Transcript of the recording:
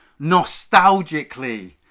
nostalgically